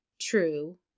true